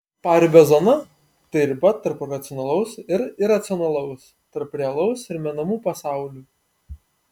paribio zona tai riba tarp racionalaus ir iracionalaus tarp realaus ir menamų pasaulių